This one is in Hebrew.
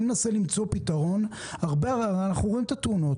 אני מנסה למצוא פתרון ואנחנו רואים את התאונות,